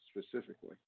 specifically